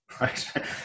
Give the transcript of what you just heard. right